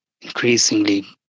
increasingly